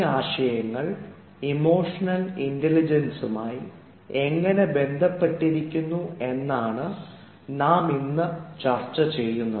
ഈ ആശയങ്ങൾ ഇമോഷണൽ ഇൻറലിജൻസുമായി എങ്ങനെ ബന്ധപ്പെട്ടിരിക്കുന്നു എന്നാണ് നാം ഇന്ന് ചർച്ച ചെയ്യുന്നത്